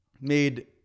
made